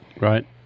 Right